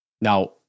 Now